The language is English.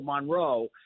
Monroe